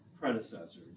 predecessors